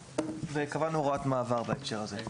קבענו הוראת מעבר בהקשר הזה.